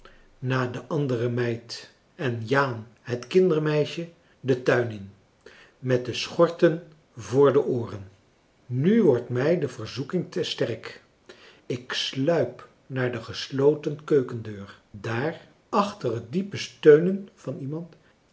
na de andere meid en jaan het kindermeisje den tuin in met de schorten voor de ooren nu wordt mij de verzoeking te sterk ik sluip naar de gesloten keukendeur daar achter het diepe steunen van iemand